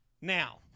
Now